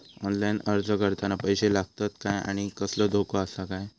Online अर्ज करताना पैशे लागतत काय आनी कसलो धोको आसा काय?